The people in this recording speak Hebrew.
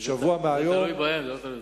שבוע מהיום, זה תלוי בהם.